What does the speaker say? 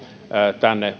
tänne